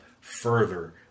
further